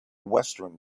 western